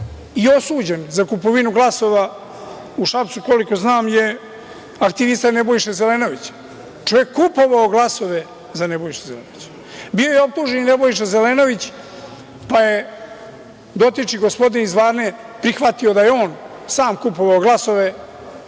i osuđen za kupovinu glasova u Šapcu, koliko znam je aktivista Nebojše Zelenovića, čovek kupovao glasove za Nebojšu Zelenovića. Bio je optužen i Nebojša Zelenović, pa je dotični gospodin prihvatio da je on sam kupovao glasove